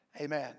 Amen